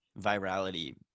virality